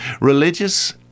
Religious